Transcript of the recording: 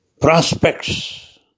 prospects